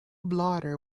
blotter